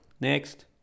next